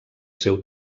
seu